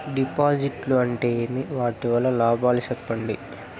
డిపాజిట్లు అంటే ఏమి? వాటి వల్ల లాభాలు సెప్పండి?